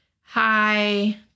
hi